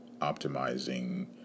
optimizing